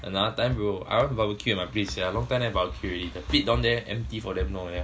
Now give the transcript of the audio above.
another time bro I want barbecue at my place sian long time never barbecue already sian pit down there empty for very long already